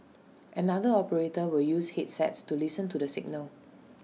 another operator will use headsets to listen to the signal